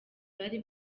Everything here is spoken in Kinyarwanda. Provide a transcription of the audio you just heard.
bari